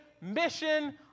mission